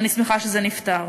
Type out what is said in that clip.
אני שמחה שזה נפתר.